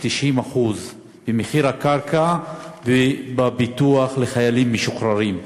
90% במחיר הקרקע ובביטוח לחיילים משוחררים.